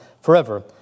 forever